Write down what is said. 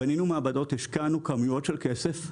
בנינו מעבדות, השקענו כמויות של כסף,